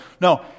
No